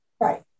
right